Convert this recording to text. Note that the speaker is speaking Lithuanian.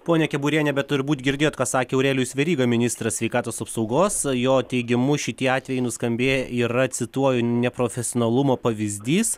ponia keburiene bet turbūt girdėjot ką sakė aurelijus veryga ministras sveikatos apsaugos jo teigimu šitie atvejai nuskambėję yra cituoju neprofesionalumo pavyzdys